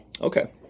Okay